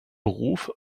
beruf